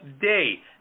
day